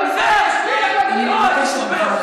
אני מבקשת ממך.